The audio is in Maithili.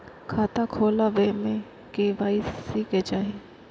खाता खोला बे में के.वाई.सी के चाहि?